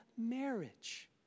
marriage